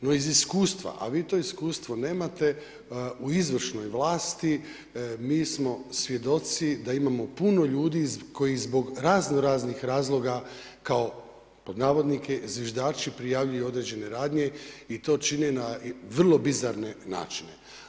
No iz iskustva, a vi to iskustvo nemate u izvršnoj vlasti, mi smo svjedoci da imamo puno ljudi koji zbog raznoraznih razloga kao „zviždači“ prijavljuju određene radnje i to čine na vrlo bizarne načine.